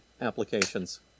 applications